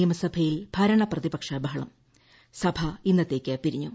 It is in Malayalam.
നിയമസഭയിൽ ഭരണ പ്രതിപക്ഷ ബഹളം സഭ ഇന്നത്തേക്ക് പിരിഞ്ഞു